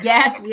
Yes